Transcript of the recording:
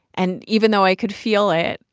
and even though i could feel it,